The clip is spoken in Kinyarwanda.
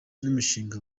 n’imishinga